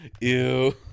ew